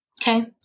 Okay